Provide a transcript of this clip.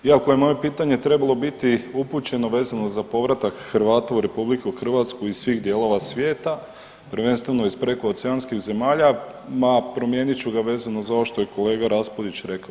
Iako je moje pitanje trebalo biti upućeno, vezano za povratak Hrvata u RH iz svih dijelova svijeta, prvenstveno iz prekooceanskih zemalja, ma promijenit ću vezano za ovo što je kolega Raspudić rekao.